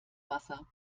wasser